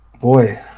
Boy